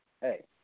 hey